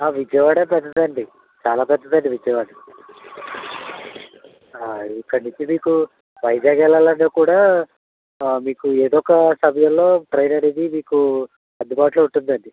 విజయవాడ పెద్దదండి చాలా పెద్దదండి విజయవాడ ఇక్కడ నుంచి మీకు వైజాగ్ వెళ్ళాలన్నా కూడా మీకు ఎదో ఒక సమయంలో ట్రైన్ అనేది మీకు అందుబాటులో ఉంటుందండి